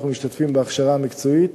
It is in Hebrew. ואנחנו משתתפים בהכשרה המקצועית